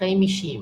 חיים אישיים